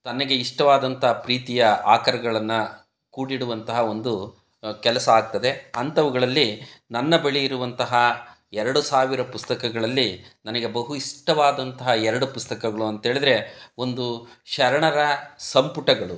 ತನಗೆ ಇಷ್ಟವಾದಂಥ ಪ್ರೀತಿಯ ಆಕರಗಳನ್ನ ಕೂಡಿಡುವಂತಹ ಒಂದು ಕೆಲಸ ಆಗ್ತದೆ ಅಂಥವುಗಳಲ್ಲಿ ನನ್ನ ಬಳಿ ಇರುವಂತಹ ಎರಡು ಸಾವಿರ ಪುಸ್ತಕಗಳಲ್ಲಿ ನನಗೆ ಬಹು ಇಷ್ಟವಾದಂತಹ ಎರಡು ಪುಸ್ತಕಗಳು ಅಂತ ಹೇಳಿದರೆ ಒಂದು ಶರಣರ ಸಂಪುಟಗಳು